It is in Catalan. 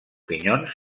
pinyons